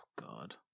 God